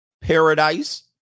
paradise